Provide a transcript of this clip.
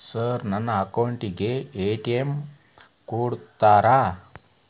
Sir ನನ್ನ account ಗೆ ATM ಕೊಡುತ್ತೇರಾ?